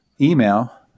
email